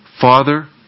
Father